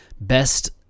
best